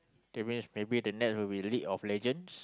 that means maybe the next will be league-of-legends